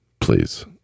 Please